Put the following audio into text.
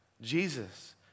Jesus